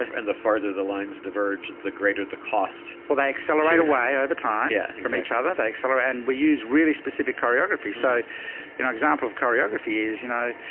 and the farther the lines diverge, the greater the cost. well, they accelerate away over time because yeah like um each other they accelerate and we use really specific cardiography. so you know, example of choreography is, you know,